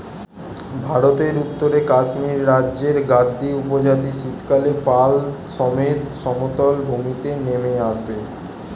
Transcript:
ভারতের উত্তরে কাশ্মীর রাজ্যের গাদ্দী উপজাতি শীতকালে পাল সমেত সমতল ভূমিতে নেমে আসে